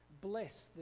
bless